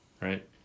right